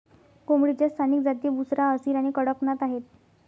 कोंबडीच्या स्थानिक जाती बुसरा, असील आणि कडकनाथ आहेत